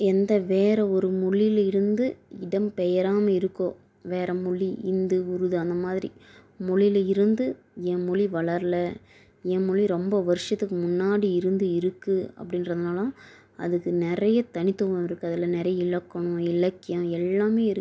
எந்த வேறு ஒரு மொழியில் இருந்து இடம்பெயராமல் இருக்கோ வேறு மொழி இந்தி உருது அந்த மாதிரி மொழியில் இருந்து என் மொழி வளரலை என் மொழி ரொம்ப வருஷத்துக்கு முன்னாடி இருந்து இருக்குது அப்படின்றதுனால அதுக்கு நிறைய தனித்துவம் இருக்குது அதில் நிறைய இலக்கணம் இலக்கியம் எல்லாமே இருக்குது